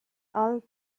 alt